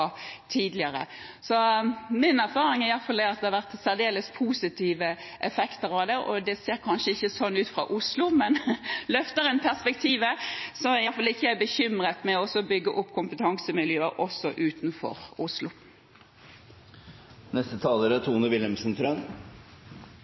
tidligere. Så min erfaring er i hvert fall det at det har vært særdeles positive effekter av det. Det ser kanskje ikke sånn ut fra Oslo, men løfter en perspektivet, er jeg i hvert fall ikke bekymret for å bygge opp kompetansemiljøer også utenfor Oslo.